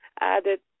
added